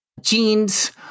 Jeans